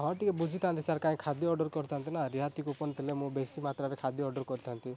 ହଁ ଟିକେ ବୁଝିଥାନ୍ତି ସାର୍ କାହିଁ ଖାଦ୍ୟ ଅର୍ଡ଼ର କରିଥାଆନ୍ତି ନାଁ ରିହାତି କୁପନ୍ ଥିଲେ ମୁଁ ବେଶୀ ମାତ୍ରାରେ ଖାଦ୍ୟ ଅର୍ଡ଼ର କରିଥାଆନ୍ତି